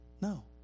no